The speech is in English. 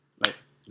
Nice